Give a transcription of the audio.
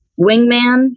wingman